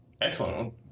Excellent